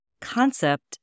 concept